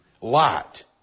Lot